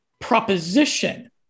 proposition